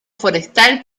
forestal